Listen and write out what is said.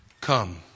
come